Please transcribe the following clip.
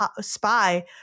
spy